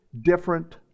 different